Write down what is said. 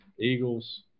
Eagles